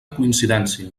coincidència